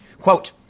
Quote